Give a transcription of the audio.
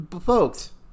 Folks